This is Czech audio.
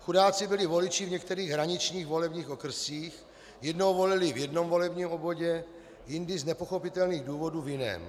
Chudáci byli voliči v některých hraničních volebních okrscích: jednou volili v jednom volebním obvodě, jindy z nepochopitelných důvodů v jiném.